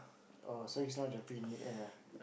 oh so he's not jumping in mid air ah